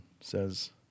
says